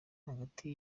hagati